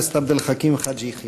חבר הכנסת עבד אל חכים חאג' יחיא.